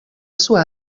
sua